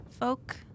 folk